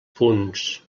punts